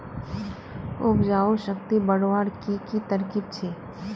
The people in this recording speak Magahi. उपजाऊ शक्ति बढ़वार की की तरकीब छे?